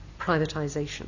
privatisation